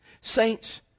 Saints